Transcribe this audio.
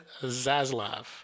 Zaslav